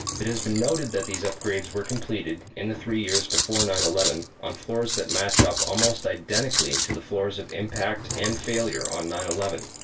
it was been noted that these upgrades were completed, in the three years before nine eleven on floors that match up almost identically to the floors of impact and failure on nine eleven.